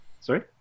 Sorry